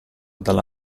dalla